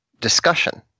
discussion